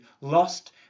lost